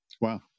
Wow